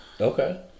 Okay